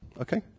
Okay